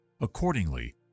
Accordingly